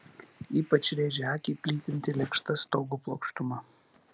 ypač rėžė akį plytinti lėkšta stogo plokštuma